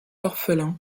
orphelin